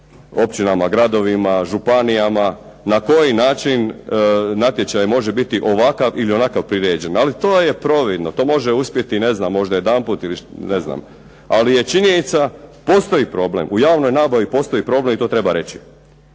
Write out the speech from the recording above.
općinama, gradovima, županijama, na koji način natječaj može biti ovakav ili onakav priređen, ali to je providno. To može uspjeti, ne znam možda jedanput ili ne znam. Ali je činjenica postoji problem, u javnoj nabavi postoji problem i to treba reći